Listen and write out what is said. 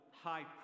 high